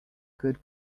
good